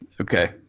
Okay